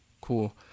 Cool